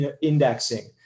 indexing